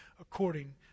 according